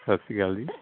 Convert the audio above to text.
ਸਤਿ ਸ਼੍ਰੀ ਅਕਾਲ ਜੀ